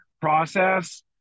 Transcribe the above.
process